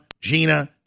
Gina